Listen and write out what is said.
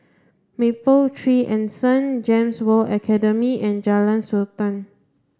Mapletree Anson GEMS World Academy and Jalan Sultan